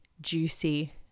juicy